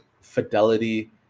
Fidelity